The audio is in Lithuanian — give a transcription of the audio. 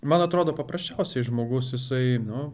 man atrodo paprasčiausiai žmogus isai nu